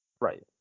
right